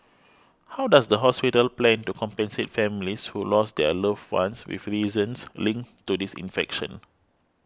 how does the hospital plan to compensate families who lost their loved ones with reasons linked to this infection